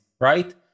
right